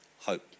Hope